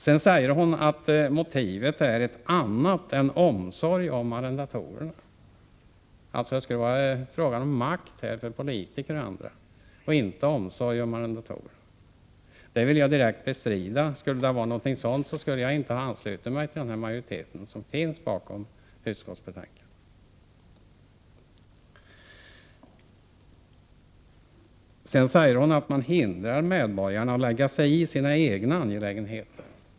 Sedan sade Mona Saint Cyr att motivet till lagförslaget är ett annat än omsorgen om arrendatorerna och att det skulle vara fråga om att ge makt till politiker och andra. Detta vill jag direkt bestrida. I så fall hade jag inte anslutit mig till den majoritet som står bakom utskottets betänkande. Vidare framhöll Mona Saint Cyr att man hindrar medborgarna att lägga sig i sina egna angelägenheter.